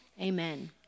Amen